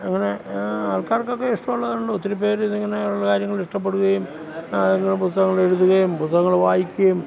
അങ്ങനെ ആൾക്കാർകൊക്കെ ഇഷ്ടമുള്ള ഉള്ള ഒത്തിരി പേര് ഇതിങ്ങനെയുള്ള കാര്യങ്ങൾ ഇഷ്ടപ്പെടുകയും അത് അങ്ങ് പുസ്തകങ്ങൾ എഴുതുകയും പുസ്തകങ്ങൾ വായിക്കുകയും